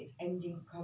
ending